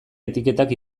etiketak